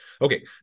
Okay